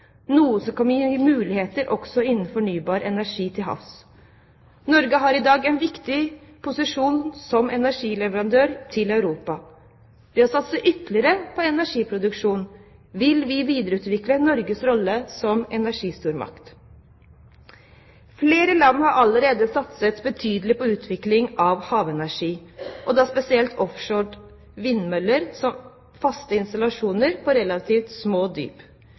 noe som kan gi muligheter også innen fornybar energiproduksjon til havs. Norge har i dag en viktig posisjon som energileverandør til Europa. Ved å satse ytterligere på energiproduksjon vil vi videreutvikle Norges rolle som energistormakt. Flere land har allerede satset betydelig på utvikling av havenergi, og da spesielt offshore vindmøller som faste installasjoner på relativt små dyp.